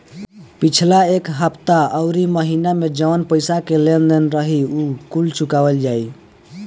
पिछला एक हफ्ता अउरी महीना में जवन पईसा के लेन देन रही उ कुल चुकावल जाई